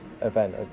event